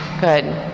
good